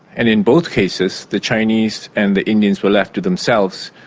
and in both cases, the chinese and the indians were left to themselves.